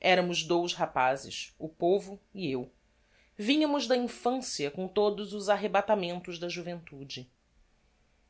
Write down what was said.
eramos dous rapazes o povo e eu vinhamos da infancia com todos os arrebatamentos da juventude